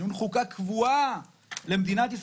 יותר מובהקת בין הרשות המחוקקת לרשות המבצעת,